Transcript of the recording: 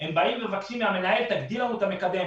הם באים ומבקשים מהמנהל תגדיל לנו את המקדם,